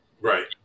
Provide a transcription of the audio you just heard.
right